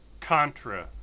Contra